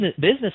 business